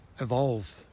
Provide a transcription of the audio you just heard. Evolve